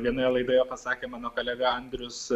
vienoje laidoje pasakė mano kolega andrius